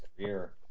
career